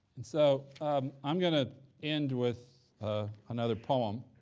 and so i'm gonna end with ah another poem.